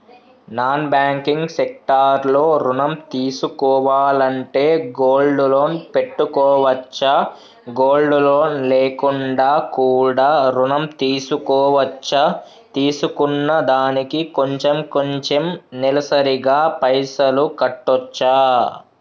Non banking sector లో ఋణం తీసుకోవాలంటే గోల్డ్ లోన్ పెట్టుకోవచ్చా? గోల్డ్ లోన్ లేకుండా కూడా ఋణం తీసుకోవచ్చా? తీసుకున్న దానికి కొంచెం కొంచెం నెలసరి గా పైసలు కట్టొచ్చా?